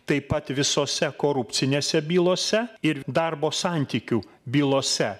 taip pat visose korupcinėse bylose ir darbo santykių bylose